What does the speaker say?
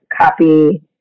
copy